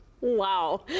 wow